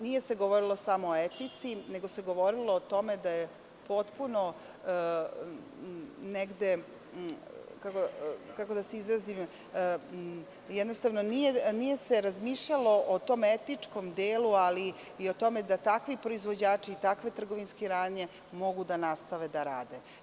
Nije se govorilo samo o etici nego se govorilo o tome da je potpuno, kako da se izrazim, jednostavno nije se razmišljalo o tom etičkom delu, ali i o tome da takvi proizvođači i takve trgovinske radnje mogu da nastave da rade.